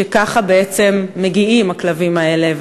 שככה בעצם מגיעים הכלבים האלה,